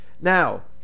Now